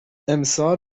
امسال